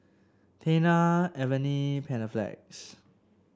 Tena Avene Panaflex